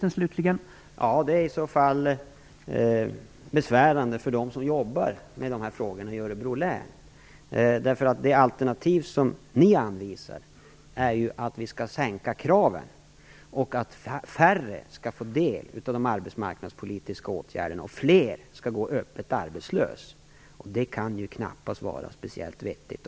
Herr talman! Det är i så fall besvärande för dem som jobbar med dessa frågor i Örebro län. Det alternativ som Rose-Marie Frebran anvisar är ju att vi skall sänka kraven, att färre skall få del av de arbetsmarknadspolitiska åtgärderna och att fler skall gå öppet arbetslösa. Det kan knappast vara speciellt vettigt.